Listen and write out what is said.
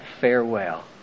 farewell